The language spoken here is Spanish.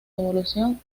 evolución